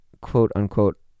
quote-unquote